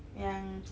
yang